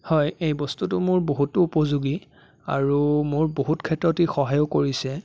হয় এই বস্তুটো মোৰ বহুতো উপযোগী আৰু মোৰ বহুত ক্ষেত্ৰত ই সহায়ো কৰিছে